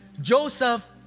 Joseph